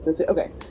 Okay